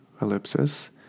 ellipsis